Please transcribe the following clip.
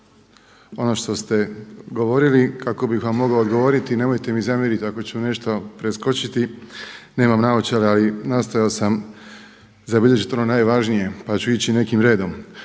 ono što ste govorili kako bih vam mogao odgovoriti, nemojte mi zamjeriti ako ću nešto preskočiti, nemam naočale ali nastojao sam zabilježiti ono najvažnije, pa ću ići i nekim redom.